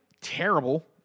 terrible